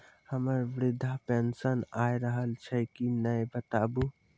हमर वृद्धा पेंशन आय रहल छै कि नैय बताबू?